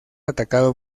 atacado